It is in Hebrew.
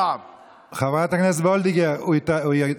בין חברי הכנסת שלנו לבין חברי הכנסת הימנים,